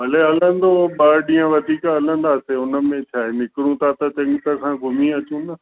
हले हलंदो ॿ ॾींहं वधीक हलंदासीं हुन में छा आहे निकिरूं था त सॼी तरफां घुमी अचूं न